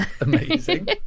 Amazing